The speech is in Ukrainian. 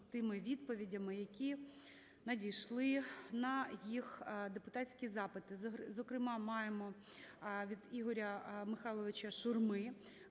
тими відповідями, які надійшли на їх депутатські запити. Зокрема, маємо від Ігоря Михайловича Шурми